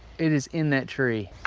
it is in that tree.